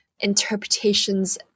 interpretations